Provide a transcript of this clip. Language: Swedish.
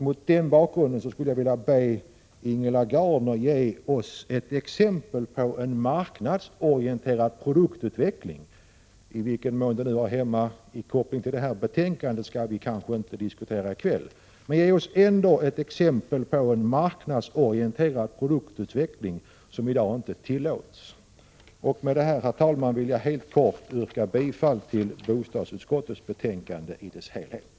Mot den bakgrunden skulle jag vilja be Ingela Gardner ge oss ett exempel på en marknadsorienterad produktutveckling — om det har någon koppling till det ämne som behandlas i det här betänkandet skall vi kanske inte diskutera i kväll — som i dag inte tillåts. Med det här, herr talman, vill jag helt kort yrka bifall till bostadsutskottets hemställan i dess helhet.